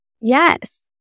Yes